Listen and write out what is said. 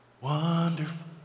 wonderful